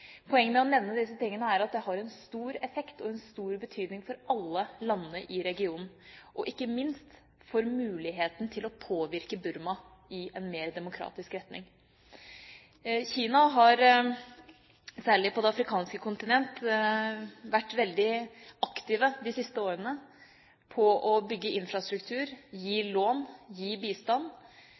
Poenget med å nevne disse tingene er at det har stor effekt og stor betydning for alle landene i regionen, ikke minst for muligheten til å påvirke Burma i en mer demokratisk retning. Kina har, særlig på det afrikanske kontinent, vært veldig aktive de siste årene med å bygge infrastruktur, gi lån og gi bistand.